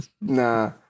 nah